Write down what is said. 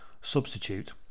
substitute